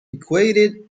equated